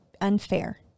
unfair